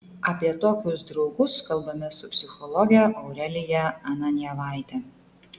apie tokius draugus kalbamės su psichologe aurelija ananjevaite